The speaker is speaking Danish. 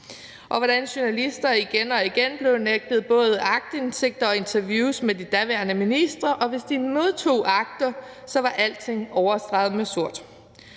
og hvordan journalister igen og igen blev nægtet både aktindsigt og interviews med de daværende ministre, og hvis de modtog akter, var alting overstreget med sort.